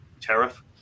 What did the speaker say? tariff